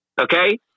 Okay